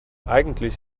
eigentlich